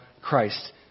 Christ